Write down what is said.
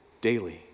daily